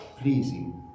pleasing